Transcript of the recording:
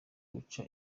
guca